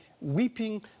weeping